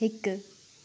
हिकु